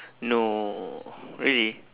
no really